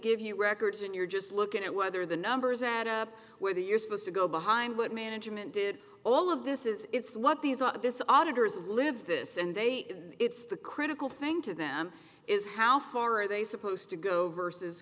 give you records when you're just looking at whether the numbers add up whether you're supposed to go behind what management did all of this is it's what these what this auditor is live this and they and it's the critical thing to them is how far are they supposed to go versus